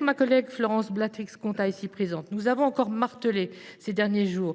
Ma collègue Florence Blatrix Contat et moi même l’avons encore martelé ces derniers jours